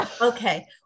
Okay